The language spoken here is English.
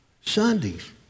Sundays